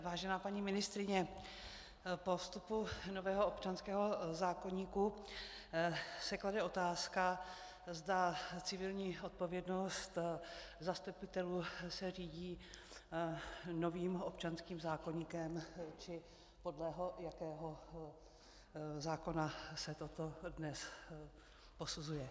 Vážená paní ministryně, po vstupu nového občanského zákoníku se klade otázka, zda civilní odpovědnost zastupitelů se řídí novým občanským zákoníkem, či podle jakého zákona se toto dnes posuzuje.